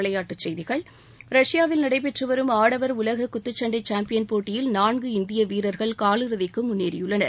விளையாட்டுச்செய்திகள் ரஷ்யாவில் நடைபெற்று வரும் ஆடவர் உலக குத்துச்சண்டை சேம்பியன் போட்டியில் நான்கு இந்திய வீரர்கள் காலிறுதிக்கு முன்னேறியுள்ளனர்